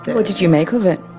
but what did you make of it?